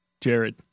Jared